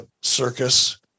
circus